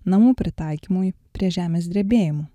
namų pritaikymui prie žemės drebėjimų